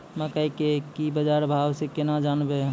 मकई के की बाजार भाव से केना जानवे?